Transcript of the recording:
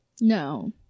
No